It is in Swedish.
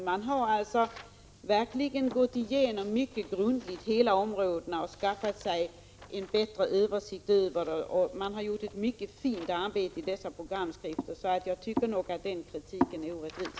Man har alltså verkligen gått igenom dessa områden mycket grundligt och skaffat sig en bättre översikt. Man har gjort ett mycket fint arbete i dessa programskrifter, så jag tycker nog att den kritiken är orättvis.